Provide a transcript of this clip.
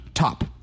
top